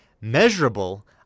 measurable